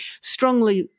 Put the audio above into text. strongly